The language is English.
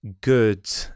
good